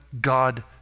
God